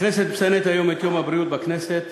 הכנסת מציינת היום את יום הבריאות בכנסת